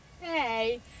hey